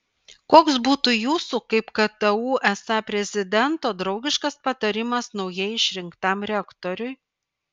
koks būtų jūsų kaip ktu sa prezidento draugiškas patarimas naujai išrinktam rektoriui